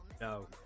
No